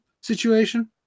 situation